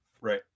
Right